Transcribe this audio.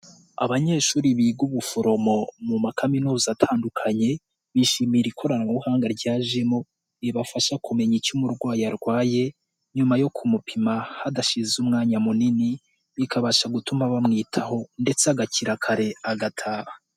Abanyeshuri biga ubuforomo mu makaminuza atandukanye, bishimiyera ikoranabuhanga ryajemo, ribafasha kumenya icyo umurwayi arwaye, nyuma yo kumupima hadashize umwanya munini, bikabasha gutuma bamwitaho ndetse agakira kare agataha.